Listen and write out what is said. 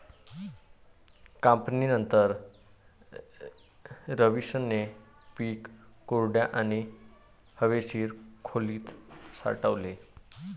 कापणीनंतर, रवीशने पीक कोरड्या आणि हवेशीर खोलीत साठवले